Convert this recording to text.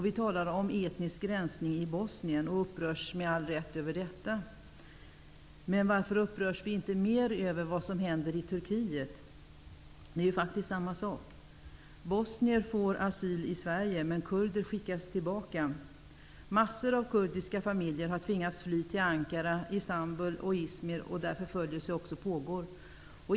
Vi talar om etnisk rensning i Bosnien och upprörs med all rätt över detta, men varför upprörs vi inte mer över vad som händer i Turkiet? Det är ju faktiskt samma sak. Bosnier får asyl i Sverige, men kurder skickas tillbaka. Massor av kurdiska familjer har tvingats fly till Ankara, Istanbul och Izmir, där förföljelse också pågår.